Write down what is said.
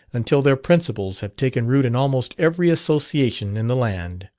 until their principles have taken root in almost every association in the land,